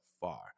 far